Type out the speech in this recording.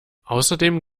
außerdem